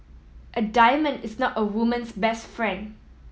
a diamond is not a woman's best friend